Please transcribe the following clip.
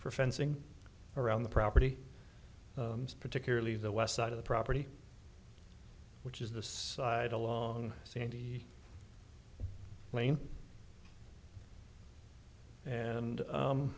for fencing around the property particularly the west side of the property which is this side along sandy lane and